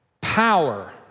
Power